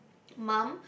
mum